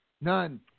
None